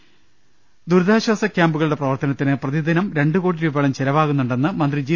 ഇവിടെ ദുരിതാശ്ചാ സ ക്യാമ്പുകളുടെ പ്രവർത്തനത്തിന് പ്രതിദ്നം രണ്ടു കോടി രൂപയോളം ചെലവാകുന്നുണ്ടെന്ന് മന്ത്രി ജി